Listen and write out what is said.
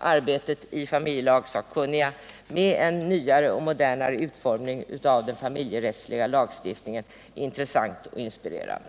arbetet i familjelagssakkunniga, med den nyare och modernare utformningen av den familjerättsliga lagstiftningen, intressant och inspirerande.